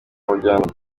muryango